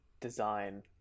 design